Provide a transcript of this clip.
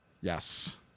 yes